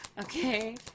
okay